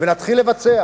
ונתחיל לבצע.